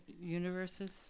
Universes